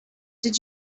did